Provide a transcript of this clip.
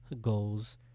goals